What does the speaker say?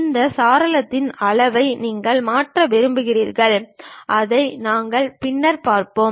இந்த சாளரத்தின் அளவை நீங்கள் மாற்ற விரும்புகிறீர்கள் அதை நாங்கள் பின்னர் பார்ப்போம்